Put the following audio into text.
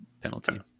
penalty